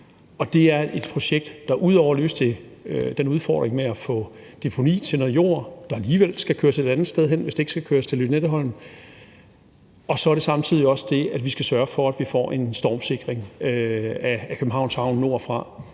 er det et projekt, der løser den udfordring med at få et deponi til noget jord, der alligevel skal køres et andet sted hen, hvis det ikke skal køres til Lynetteholm. Samtidig handler det også om, at vi skal sørge for, at vi får en stormsikring af Københavns Havn nordfra.